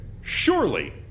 Surely